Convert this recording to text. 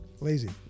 lazy